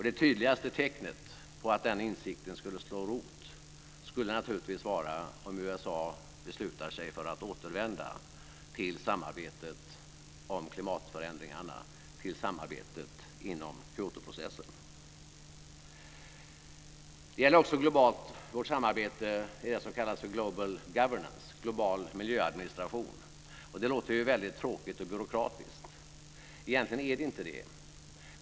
Det tydligaste tecknet på att den insikten slog rot skulle naturligtvis vara om USA beslutade sig för att återvända till samarbetet kring klimatförändringarna, till samarbetet inom Kyotoprocessen. Detta gäller också globalt. Vi har ju vårt samarbete inom det som kallas för global governance, global miljöadministration. Det låter väldigt tråkigt och byråkratiskt men egentligen är det inte det.